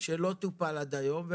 שלא טופל עד היום.